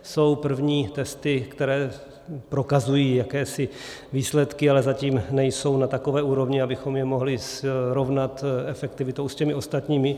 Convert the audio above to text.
Jsou první testy, které prokazují jakési výsledky, ale zatím nejsou na takové úrovni, abychom je mohli srovnat efektivitou s těmi ostatními.